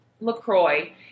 LaCroix